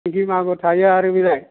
सिंगि मागुर थायो आरो बेलाय